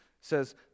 says